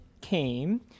came